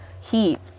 heat